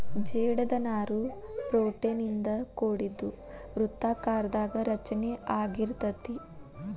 ಜೇಡದ ನಾರು ಪ್ರೋಟೇನ್ ಇಂದ ಕೋಡಿದ್ದು ವೃತ್ತಾಕಾರದಾಗ ರಚನೆ ಅಗಿರತತಿ